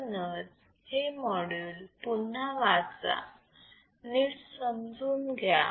म्हणूनच हे मॉड्यूल पुन्हा वाचा नीट समजून घ्या